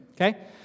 Okay